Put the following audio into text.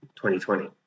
2020